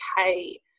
okay